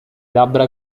labbra